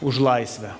už laisvę